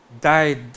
died